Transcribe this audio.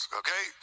okay